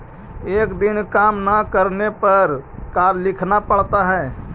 एक दिन काम न करने पर का लिखना पड़ता है?